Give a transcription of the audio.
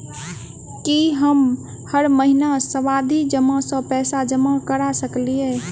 की हम हर महीना सावधि जमा सँ पैसा जमा करऽ सकलिये?